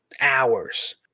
hours